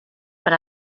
per